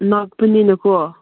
ꯅꯛꯄꯅꯤꯅꯀꯣ